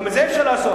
גם את זה אפשר לעשות.